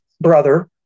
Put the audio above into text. brother